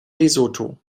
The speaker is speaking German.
lesotho